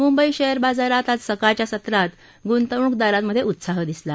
Mumbai share बाजारात आज सकाळच्या सत्रात गुंतवणूकदारांमधे उत्साह दिसला